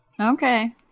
Okay